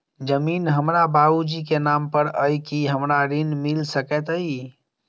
जमीन हमरा बाबूजी केँ नाम पर अई की हमरा ऋण मिल सकैत अई?